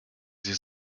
sie